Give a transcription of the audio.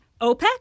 OPEC